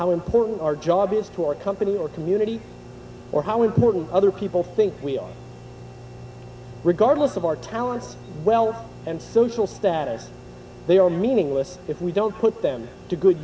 how important our job is to our company or community or how important other people think we are regardless of our talents well and social status they are meaningless if we don't put them to good